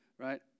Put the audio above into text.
right